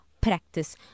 practice